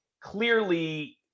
clearly